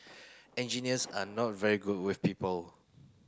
engineers are not very good with people